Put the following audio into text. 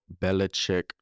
Belichick